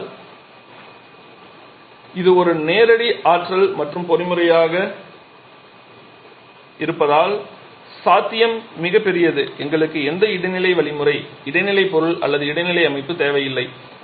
ஆனால் இது ஒரு நேரடி ஆற்றல் மாற்றும் பொறிமுறையாக இருப்பதால் சாத்தியம் மிகப்பெரியது எங்களுக்கு எந்த இடைநிலை வழிமுறை இடைநிலை பொருள் அல்லது இடைநிலை அமைப்பு தேவையில்லை